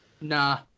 Nah